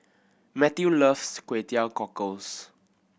Mathew loves Kway Teow Cockles